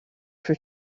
for